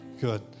Good